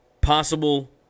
possible